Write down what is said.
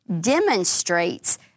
demonstrates